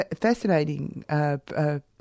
Fascinating